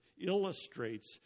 illustrates